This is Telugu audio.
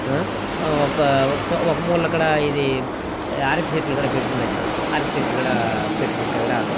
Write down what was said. ఒక ఒక స ఒక మూల కూడా ఇది అరటి చెట్లు కూడా పెట్టుకునేది అరటి చెట్టు కూడా పెట్టుకుంటే కాడా